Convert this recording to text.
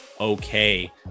Okay